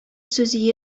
сүз